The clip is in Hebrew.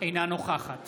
אינה נוכחת